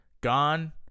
gone